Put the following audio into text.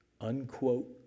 unquote